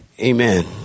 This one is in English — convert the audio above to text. Amen